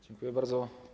Dziękuję bardzo.